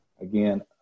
again